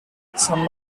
some